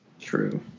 True